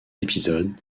épisodes